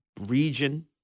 region